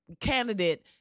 candidate